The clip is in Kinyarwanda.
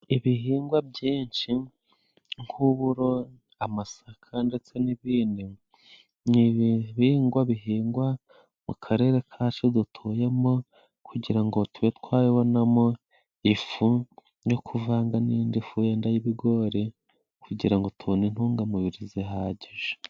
Ibihingwa byinshi nk'uburo, amasaka ndetse n'ibindi, ni ibihingwa bihingwa mu karere kacu dutuyemo, kugira ngo tube twabonamo ifu no kuvanga n'indi fu wenda y'ibigori, kugira ngo tubone intungamubiri zirahagije.